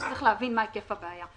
צריך להבין מה היקף הבעיה.